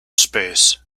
space